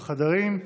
בחדרים,